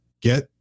get